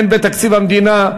הן בתקציב המדינה,